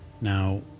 Now